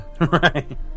right